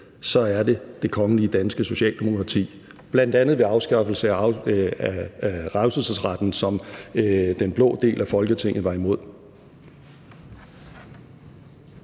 er det det kongelige danske Socialdemokrati, bl.a. ved afskaffelse af revselsesretten, som den blå del af Folketinget var imod.